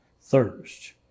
thirst